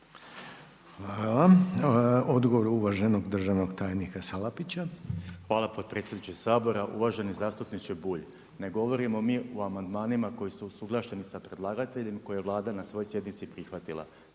vam. Odgovor uvaženog državnog tajnika Salapića. **Salapić, Josip (HDSSB)** Hvala potpredsjedniče Sabora. Uvaženi zastupniče Bulj, ne govorimo mi o amandmanima koji su usuglašeni sa predlagateljem koji je Vlada na svojoj sjednici prihvatila.